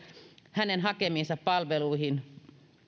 hänen hakemiinsa palveluihin